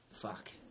Fuck